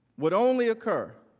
would only occur